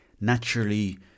naturally